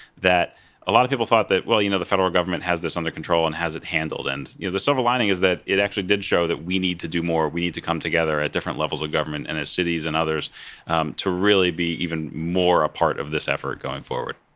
a lot of people thought that, well you know, the federal government has this under control and has it handled. and you know the silver lining is that it actually did show that we need to do more. we need to come together at different levels of government and as cities and others to really be even more a part of this effort going forward.